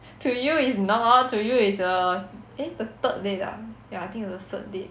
to you is not to you is a eh the third date ah ya I think is the third date